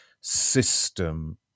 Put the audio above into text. system